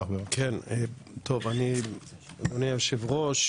אדוני היושב-ראש,